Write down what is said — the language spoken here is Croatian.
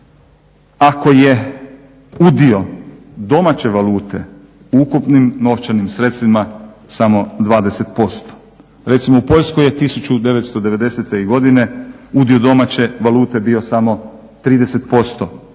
ako je udio domaće valute u ukupnim novčanim sredstvima samo 20%. Recimo u Poljskoj je 1990. godine udio domaće valute bio samo 30%,